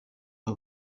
aba